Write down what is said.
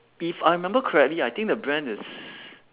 if I remember correctly I think the brand is